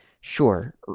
sure